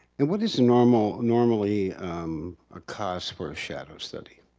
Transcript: and what is normally normally um a cost for a shadow study?